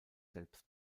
selbst